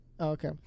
Okay